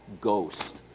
Ghost